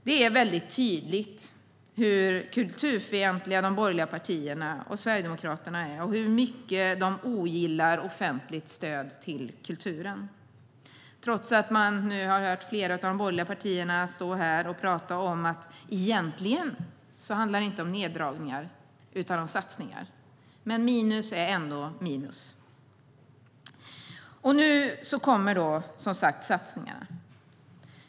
Det är väldigt tydligt hur kulturfientliga de borgerliga partierna och Sverigedemokraterna är och hur mycket de ogillar offentligt stöd till kulturen. Trots det har vi nu hört flera representanter för de borgerliga stå här och tala om att det egentligen inte handlar om neddragningar utan om satsningar. Men minus är ändå minus. Nu kommer som sagt satsningarna.